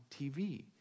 TV